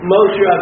Moshe